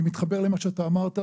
אני מתחבר למה שאתה אמרת,